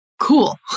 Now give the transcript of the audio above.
Cool